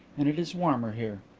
and it is warmer here.